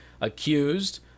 accused